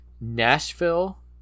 Nashville